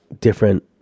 different